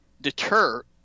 deter